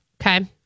Okay